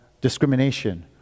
discrimination